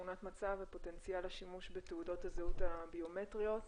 תמונת מצב ופוטנציאל השימוש בתעודות הזהות הביומטריות.